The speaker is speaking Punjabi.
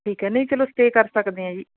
ਠੀਕ ਹੈ ਨਹੀਂ ਚਲੋ ਸਟੇਅ ਕਰ ਸਕਦੇ ਹਾਂ ਜੀ